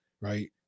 right